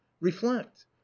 reflect